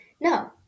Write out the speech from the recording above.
no